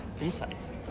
insights